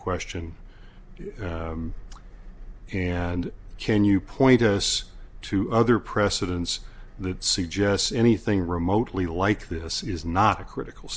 question and can you point us to other precedents that suggests anything remotely like this is not a critical